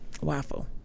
Waffle